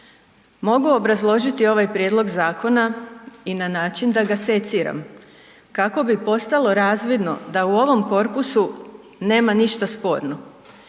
Mogu obrazložiti ovaj prijedlog zakona i na način da ga seciram kako bi postalo razvidno da u ovom korpusu nema ništa sporno.